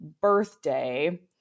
birthday